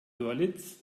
görlitz